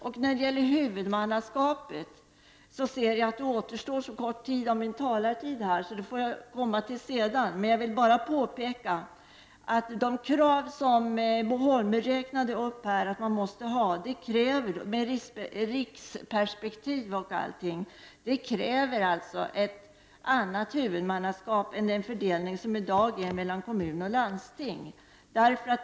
Det återstår så litet av min taletid, så jag får ta upp frågan om huvudmannaskapet sedan. Jag vill nu bara påpeka att det som Bo Holmberg räknade upp, inkl. riksperspektivet, kräver ett annat huvudmannaskap än den fördelning som i dag råder mellan kommuner och landsting.